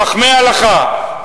חכמי הלכה,